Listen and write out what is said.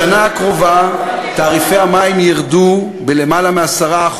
למה, בשנה הקרובה תעריפי המים ירדו בלמעלה מ-10%,